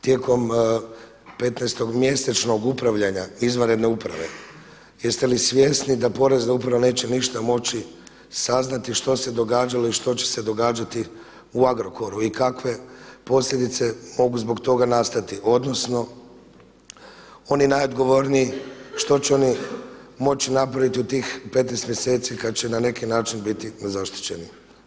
Tijekom 15 mjesečnog upravljanja izvanredne uprave, jest li svjesni da Porezna uprava neće ništa moći saznati što se događalo i što će se događati u Agrokoru i kakve posljedice mogu zbog toga nastati odnosno oni najodgovorniji što će oni moći napraviti u tih 15 mjeseci kada će na neki način biti nezaštićeni.